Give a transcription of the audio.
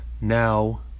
now